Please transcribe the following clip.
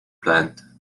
plant